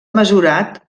mesurat